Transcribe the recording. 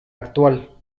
actual